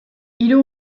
hiru